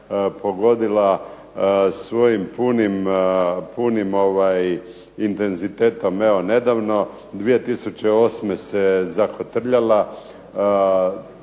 pogodila svojim punim intenzitetom. Evo nedavno 2008. zakotrljala